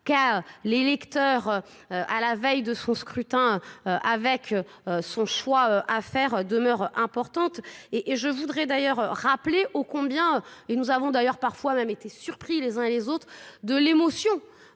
qu'a les lecteurs à la veille de son scrutin avec son choix à faire demeure importante et je voudrais d'ailleurs rappeler au combien et nous avons d'ailleurs parfois même été surpris les uns et les autres de l'émotion